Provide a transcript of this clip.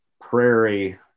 Prairie